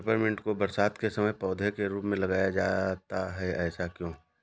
Peppermint को बरसात के समय पौधे के रूप में लगाया जाता है ऐसा क्यो?